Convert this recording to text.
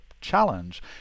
challenge